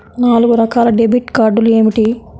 నాలుగు రకాల డెబిట్ కార్డులు ఏమిటి?